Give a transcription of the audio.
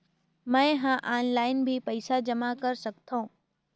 मैं ह ऑनलाइन भी पइसा जमा कर सकथौं?